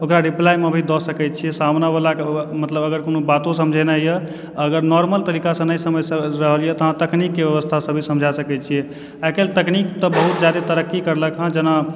ओकरा रिप्लाईमऽ भी दऽ सकयए छियै सामनेबलाकऽ मतलब अगर कोनो बातो समझऔने यऽ अगर नॉर्मल तरीकासँ नहि समझ रहल यऽ तऽ अहाँ तकनीककऽ व्यवस्थासँ भी समझा सकैत छिये आइकाल्हि तकनीक तऽ बहुत ज्यादा तरक्की करलक हँ जेना